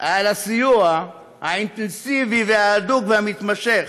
על הסיוע האינטנסיבי, ההדוק והמתמשך